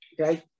okay